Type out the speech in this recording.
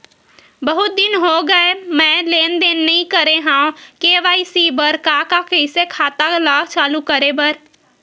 बहुत दिन हो गए मैं लेनदेन नई करे हाव के.वाई.सी बर का का कइसे खाता ला चालू करेबर?